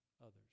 others